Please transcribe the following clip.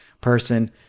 person